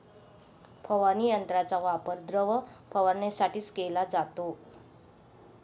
फवारणी यंत्राचा वापर द्रव फवारणीसाठी केला जातो